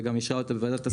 וגם אישרה אותו בוועדת השרים.